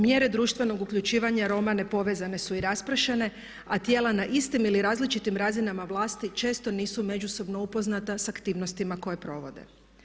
Mjere društvenog uključivanja Roma nepovezane su i raspršene a tijela na istim ili različitim razinama vlasti često nisu međusobno upoznata s aktivnostima koje provode.